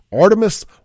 Artemis